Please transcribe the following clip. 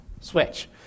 Switch